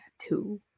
tattoo